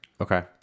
Okay